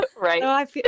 right